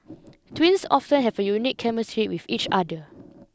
twins often have unique chemistry with each other